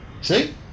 See